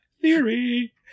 theory